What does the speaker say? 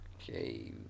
okay